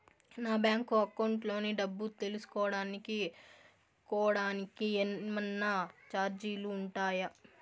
నా bank account లోని డబ్బు తెలుసుకోవడానికి కోవడానికి ఏమన్నా చార్జీలు ఉంటాయా?